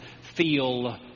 feel